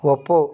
ಒಪ್ಪು